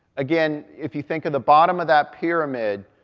again, if you think of the bottom of that pyramid,